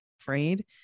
afraid